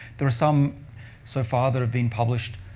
there are some so far that have been published.